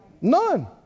None